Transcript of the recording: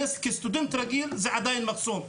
וזה עדיין מחסום.